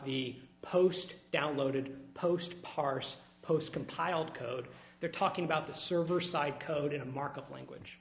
the post downloaded post parse post compiled code they're talking about the server side code in a markup language